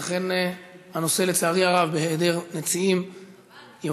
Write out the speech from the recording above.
לכן הנושא, לצערי הרב, בהיעדר מציעים, יורד.